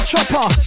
Chopper